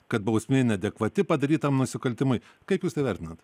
kad bausmė neadekvati padarytam nusikaltimui kaip jūs tai vertinat